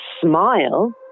smile